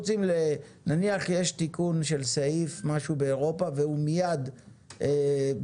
נניח שיש תיקון של סעיף באירופה והוא מיד בתוקף,